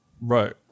Right